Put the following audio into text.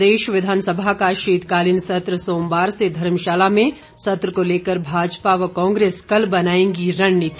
प्रदेश विधानसभा का शीतकालीन सत्र सोमवार से धर्मशाला में सत्र को लेकर भाजपा व और कांग्रेस कल बनाएंगी रणनीति